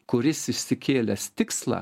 kuris išsikėlęs tikslą